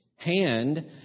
Hand